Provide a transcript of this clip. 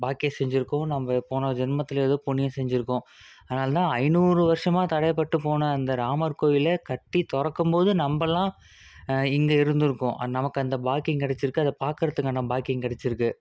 பாக்கியம் செஞ்சுருக்கோம் நம்ம போன ஜென்மத்தில் ஏதோ புண்ணியம் செஞ்சுருக்கோம் அதனால தான் ஐநூறு வருஷமாக தடைப்பட்டு போன அந்த ராமர் கோயிலை கட்டி திறக்கும்போது நம்மெல்லாம் இங்கே இருந்திருக்கோம் நமக்கு அந்த பாக்கியம் கிடச்சிருக்கு அதை பார்க்கறத்துக்கான பாக்கியம் கிடச்சிருக்கு